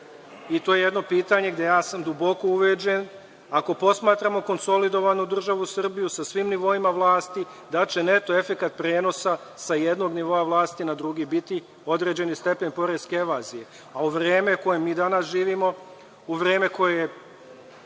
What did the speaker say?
i to je jedno pitanje gde sam ja duboko ubeđen, ako posmatramo konsolidovanu državu Srbiju, sa svim nivoima vlasti, da će neto efekat prenosa sa jednog nivoa vlasti na drugi biti određeni stepen poreske evazije. A u vreme u kome mi danas živimo, u vreme u kojem